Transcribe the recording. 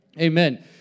Amen